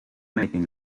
making